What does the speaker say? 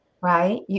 right